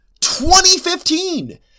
2015